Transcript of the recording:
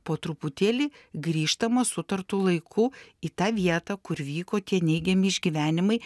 po truputėlį grįžtama sutartu laiku į tą vietą kur vyko tie neigiami išgyvenimai